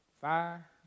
fire